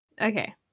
Okay